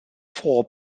four